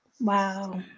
Wow